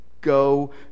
go